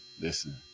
listen